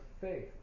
faith